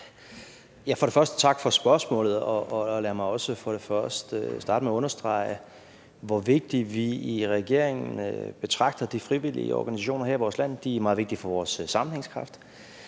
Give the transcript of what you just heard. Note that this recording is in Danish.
tak for spørgsmålet, og lad mig også starte med at understrege, hvor vigtige vi i regeringen betragter de frivillige organisationer her i vores land for at være. De er meget vigtige for vores sammenhængskraft,